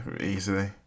easily